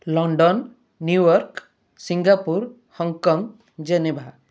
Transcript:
London New York Singapore Hong Kong Geneva